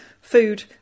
food